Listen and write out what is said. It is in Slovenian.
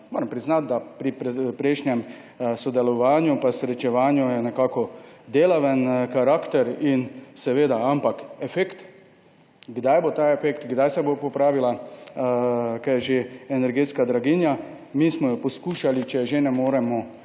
moram priznati, da je bil pri prejšnjem sodelovanju pa srečevanju delaven karakter. Ampak efekt, kdaj bo ta efekt, kdaj se bo popravila – kaj je že? – energetska draginja? Mi smo jo poskušali, če že ne moremo